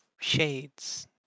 shades